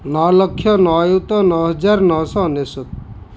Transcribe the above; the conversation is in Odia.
ନଅ ଲକ୍ଷ ନଅ ଅୟୁତ ନଅ ହଜାର ନଅଶହ ଅନେଶତ